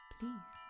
Please